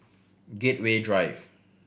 Gateway Drive